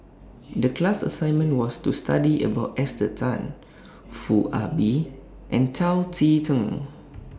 The class assignment was to study about Esther Tan Foo Ah Bee and Chao Tzee Cheng